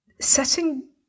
Setting